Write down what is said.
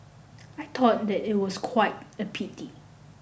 I thought that it was quite a pity